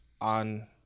on